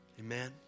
amen